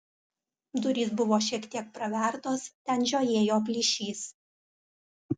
durys buvo šiek tiek pravertos ten žiojėjo plyšys